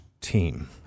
team